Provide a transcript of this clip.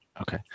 okay